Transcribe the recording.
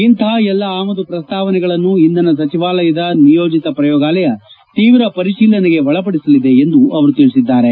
ಇಂತಹ ಎಲ್ಲ ಆಮದು ಪ್ರಸ್ತಾವನೆಗಳನ್ನು ಇಂಧನ ಸಚಿವಾಲಯದ ನಿಯೋಜಿತ ಪ್ರಯೋಗಾಲಯ ತೀವ್ರ ಪರಿಶೀಲನೆಗೆ ಒಳಪಡಿಸಲಿದೆ ಎಂದು ತಿಳಿಸಿದ್ದಾರೆ